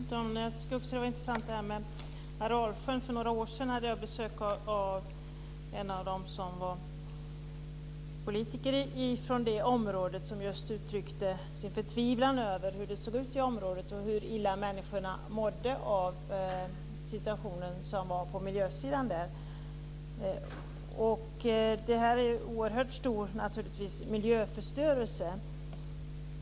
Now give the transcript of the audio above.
Fru talman! Jag tycker också att det var intressant att höra om Aralsjön. För några år sedan hade jag besök av en politiker i området som uttryckte sin förtvivlan över hur det såg ut i området och över hur illa människorna mådde av miljösituationen där. Det är naturligtvis fråga om en oerhört stor miljöförstörelse.